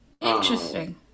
interesting